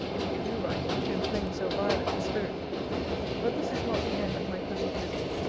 if you do write, to inflame so violent a spirit but this is not the end of my present visit.